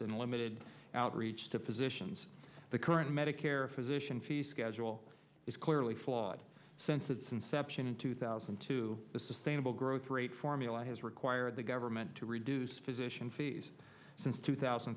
and limited outreach to physicians the current medicare physician fee schedule is clearly flawed since its inception in two thousand and two the sustainable growth rate formula has required the government to reduce physician fees since two thousand